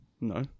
No